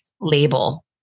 label